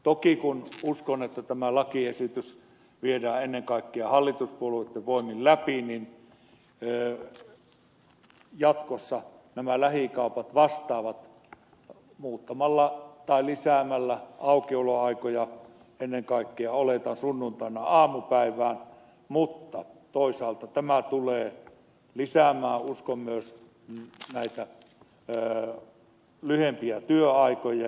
toki kun uskon että tämä lakiesitys viedään ennen kaikkea hallituspuolueitten voimin läpi jatkossa nämä lähikaupat vastaavat lisäämällä aukioloaikoja ennen kaikkea oletan sunnuntaina aamupäivällä mutta toisaalta tämä tulee lisäämään uskon myös näitä lyhempiä työaikoja